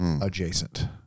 adjacent